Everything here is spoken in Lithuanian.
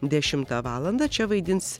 dešimtą valandą čia vaidins